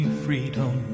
freedom